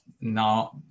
now